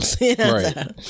Right